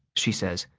she says,